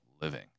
living